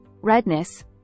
redness